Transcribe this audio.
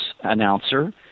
announcer